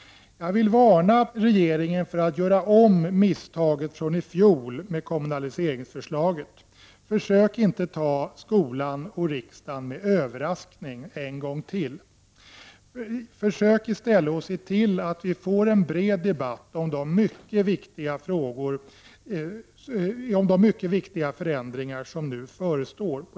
Jag vill varna regeringen för att göra om misstaget från i fjol med kommunaliseringsförslaget. Försök inte ta skolan och riksdagen med överraskning en gång till! Försök i stället att se till att vi får en bred debatt om de mycket viktiga förändringar som nu förestår.